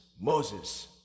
Moses